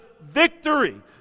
victory